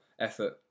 effort